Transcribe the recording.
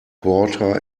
quarter